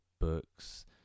books